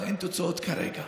אבל אין תוצאות כרגע.